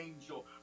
angel